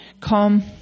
come